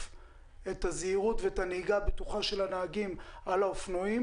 את הזהירות ואת הנהיגה הבטוחה של הנהגים על האופנועים,